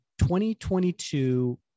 2022